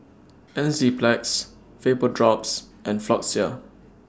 Enzyplex Vapodrops and Floxia